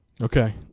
Okay